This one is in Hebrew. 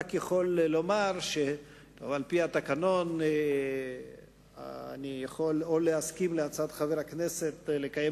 אני יכול רק לומר שעל-פי התקנון אני יכול להסכים להצעת חבר הכנסת לקיים